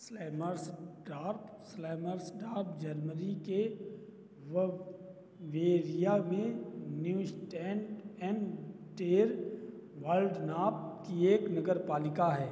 Schlammersdorf Schlammersdorf Germany के Bavaria में Neustadt an der Waldnaab की एक नगरपालिका है